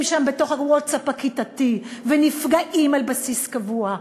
שם בתוך הווטסאפ הכיתתי ונפגעים על בסיס קבוע,